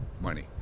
money